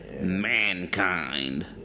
Mankind